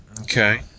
Okay